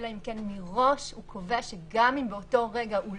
אלא אם כן מראש הוא קובע שגם אם באותו רגע הוא